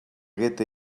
goethe